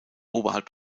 oberhalb